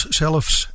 zelfs